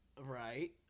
right